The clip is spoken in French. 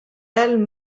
aile